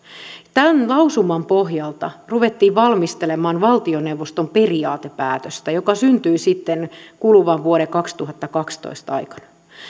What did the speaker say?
tämän lausuman pohjalta ruvettiin valmistelemaan valtioneuvoston periaatepäätöstä joka syntyi sitten kuluvan vuoden kaksituhattakaksitoista aikana